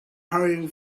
hurrying